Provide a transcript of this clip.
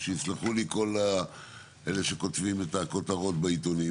שיסלחו לי כל אלה שכותבים את הכותרות בעיתונים